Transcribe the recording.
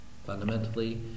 Fundamentally